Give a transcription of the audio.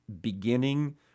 beginning